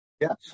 Yes